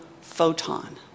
photon